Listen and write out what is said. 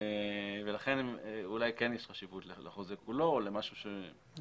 לכן אולי כן יש חשיבות לחוזה כולו או לבקש